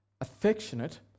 affectionate